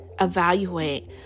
evaluate